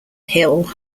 hill